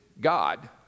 God